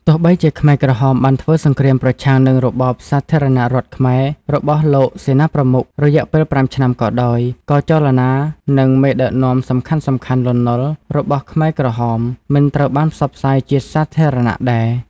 ទោះបីជាខ្មែរក្រហមបានធ្វើសង្គ្រាមប្រឆាំងនឹងរបបសាធារណរដ្ឋខ្មែររបស់លោកសេនាប្រមុខ រយៈពេល៥ឆ្នាំក៏ដោយ ក៏ចលនានិងមេដឹកនាំសំខាន់ៗ លន់ នល់ របស់ខ្មែរក្រហមមិនត្រូវបានផ្សព្វផ្សាយជាសាធារណៈដែរ ។